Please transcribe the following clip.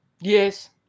yes